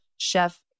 chef